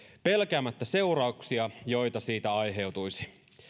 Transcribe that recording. pelkäämättä seurauksia joita siitä aiheutuisi